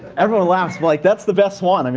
everyone laughs, but like that's the best one. and